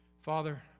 Father